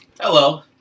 Hello